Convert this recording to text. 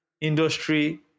industry